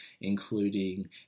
including